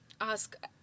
Ask